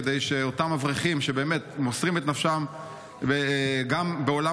כדי שאותם אברכים שמוסרים את נפשם גם בעולם